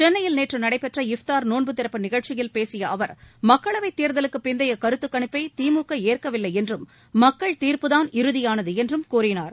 சென்னையில் நேற்று நடைபெற்ற இஃப்தார் நோன்பு திறப்பு நிகழ்ச்சியில் பேசிய அவர் மக்களவைத் தேர்தலுக்குப் பிந்தைய கருத்துக் கணிப்பை திமுக ஏற்கவில்லை என்றும் மக்கள் தீர்ப்புதான் இறுதியானது என்றும் கூறினார்